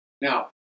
Now